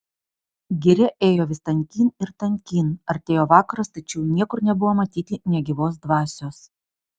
giria ėjo vis tankyn ir tankyn artėjo vakaras tačiau niekur nebuvo matyti nė gyvos dvasios